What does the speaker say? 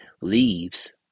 Leaves